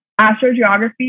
astrogeography